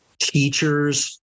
teachers